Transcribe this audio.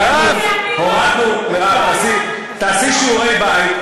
מירב, מירב, תעשי שיעורי-בית.